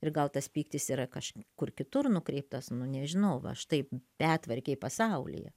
ir gal tas pyktis yra kažkur kitur nukreiptas nu nežinau va štai betvarkei pasaulyje